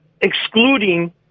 excluding